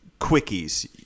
quickies